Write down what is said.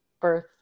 birth